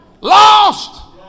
lost